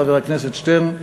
חבר הכנסת שטרן,